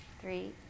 Three